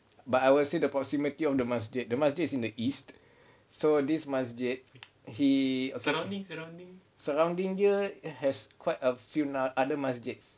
but I will say the proximity of the masjid the masjid is in the east so this masjid he surrounding dia has quite a few other masjids